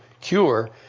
cure